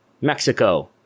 Mexico